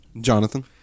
Jonathan